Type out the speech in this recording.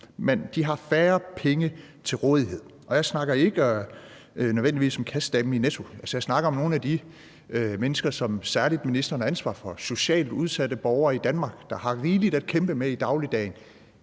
De har færre penge til rådighed. Jeg snakker ikke nødvendigvis om kassedamen i Netto. Jeg snakker om nogle af de mennesker, som særlig ministeren har ansvar for, altså socialt udsatte borgere i Danmark, der har rigeligt at kæmpe med i dagligdagen.